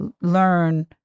learn